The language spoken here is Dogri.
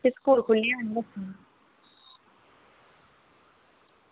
भी स्कूल खु'ल्ली जाने न बच्चे